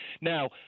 Now